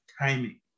timing